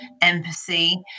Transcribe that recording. empathy